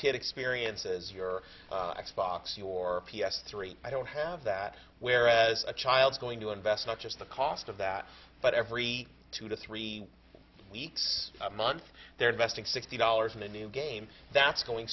kid experiences your x box your p s three i don't have that whereas a child going to invest not just the cost of that but every two to three weeks a month they're investing sixty dollars in a new game that's going